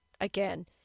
Again